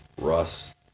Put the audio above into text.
Russ